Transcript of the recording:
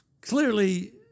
clearly